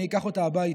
אני אקח אותה הביתה.